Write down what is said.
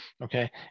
okay